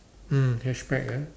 mm hatchback ah